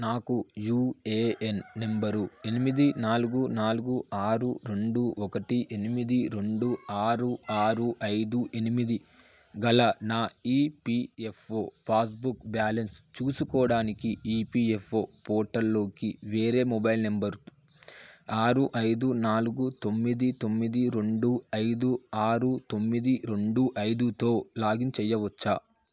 నాకు UAN number ఎనిమిది నాలుగు నాలుగు ఆరు రెండు ఒకటి ఎనిమిది రెండు ఆరు ఆరు ఐదు ఎనిమిది గల నా ఈపిఎఫ్ఓ పాస్బుక్ బ్యాలన్స్ చూసుకోడానికి ఈపిఎఫ్ఓ పోర్టల్లోకి వేరే మొబైల్ నంబరు ఆరు ఐదు నాలుగు తొమ్మిది తొమ్మిది రెండు ఐదు ఆరు తొమ్మిది రెండు ఐదుతో లాగిన్ చేయవచ్చా